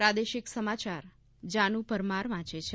પ્રાદેશિક સમાચાર જાનુ પરમાર વાંચે છે